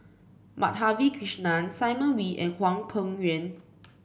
Madhavi Krishnan Simon Wee and Hwang Peng Yuan